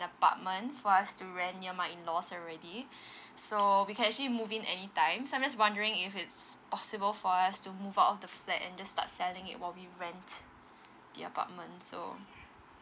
apartment for us to rent near my in laws already so we can actually move in any time so I'm just wondering if it's possible for us to move out of the flat and just start selling it while we rent the apartment so